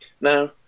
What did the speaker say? Now